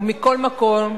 ומכל מקום,